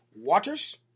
Waters